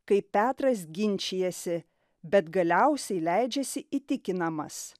kaip petras ginčijasi bet galiausiai leidžiasi įtikinamas